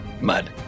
Mud